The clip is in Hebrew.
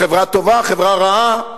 חברה טובה, חברה רעה,